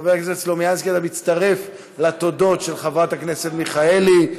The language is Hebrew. חבר הכנסת סלומינסקי מצטרף לתודות של חברת הכנסת מיכאלי.